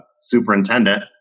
superintendent